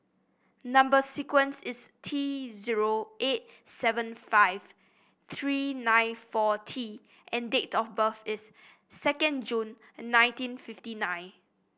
number sequence is T zero eight seven five three nine four T and date of birth is second June nineteen fifty nine